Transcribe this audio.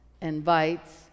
invites